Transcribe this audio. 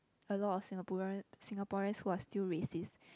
a lot of Singaporean Singaporeans who are still racist